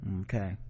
Okay